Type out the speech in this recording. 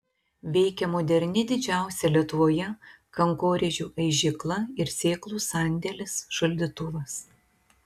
veikia moderni didžiausia lietuvoje kankorėžių aižykla ir sėklų sandėlis šaldytuvas